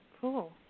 cool